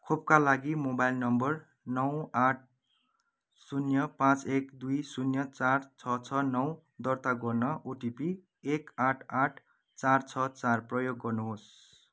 खोपका लागि mobile number नौ आठ शून्य पाँच एक दुई शून्य चार छ छ नौ दर्ता गर्न ओटिपी एक आठ आठ चार छ चार प्रयोग गर्नुहोस्